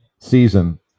season